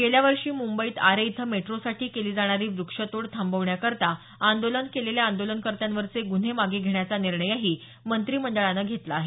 गेल्या वर्षी मुंबईत आरे इथं मेट्रोसाठी केली जाणारी व्रक्षतोड थांबवण्याकरता आंदोलन केलेल्या आंदोलनकर्त्यांवरवे गुन्हे मागे घेण्याचा निर्णयही मंत्रिमंडळानं घेतला आहे